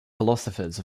philosophers